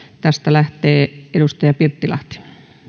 tästä lähtee edustaja pirttilahti